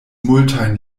multajn